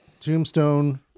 tombstone